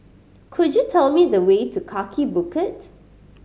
could you tell me the way to Kaki Bukit